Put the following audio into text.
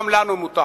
גם לנו מותר.